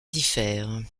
diffère